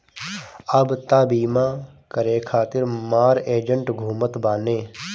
अब तअ बीमा करे खातिर मार एजेन्ट घूमत बाने